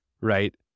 right